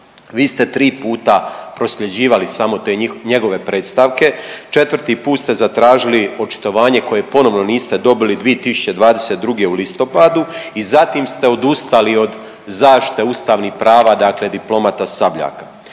Vi ste tri puta prosljeđivali samo te njegove predstavke. Četvrti put ste zatražili očitovanje koje ponovno niste dobili 2022. u listopadu i zatim ste odustali od zaštite ustavnih prava, dakle diplomata Sabljaka.